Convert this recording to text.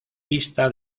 pista